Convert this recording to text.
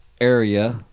area